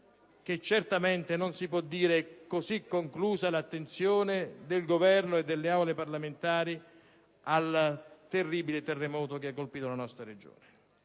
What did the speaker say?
che certamente non è conclusa l'attenzione del Governo e delle Aule parlamentari al terribile terremoto che ha colpito la nostra Regione.